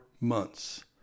months